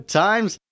times